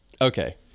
Okay